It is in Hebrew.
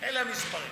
אלה המספרים.